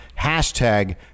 hashtag